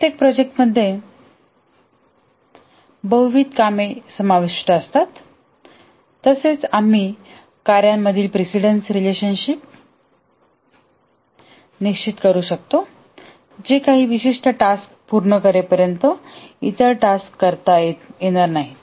प्रत्येक प्रोजेक्ट मध्ये बहुविध कामे समाविष्ट असतात तसेच आम्ही कार्यांमधील प्रिसिडन्स रिलेशनशिप निश्चित करू शकतो जे काही विशिष्ट टास्क पूर्ण करेपर्यंत इतर टास्क्स करता येणार नाहीत